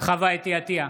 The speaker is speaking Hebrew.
חוה אתי עטייה,